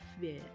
fear